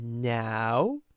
Now